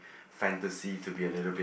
fantasy to be a little bit